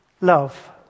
love